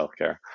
healthcare